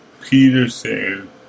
Peterson